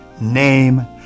name